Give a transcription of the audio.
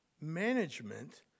management